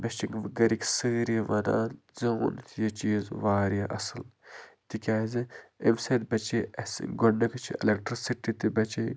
مےٚ چھِ گَرِک سٲری وَنان ژےٚ اوٚنُتھ یہِ چیٖز واریاہ اصل تِکیازِ امہِ سۭتۍ بَچے اَسہِ گۄڈٕنٮ۪تھٕے چھِ اٮ۪لَکٹرسِٹی تہِ بَچے